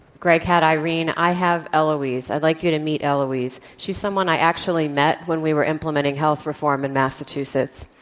gregg had irene. i have eloise. i'd like you to meet eloise. she's someone i actually met when we were implementing health reform in massachusetts.